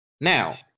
Now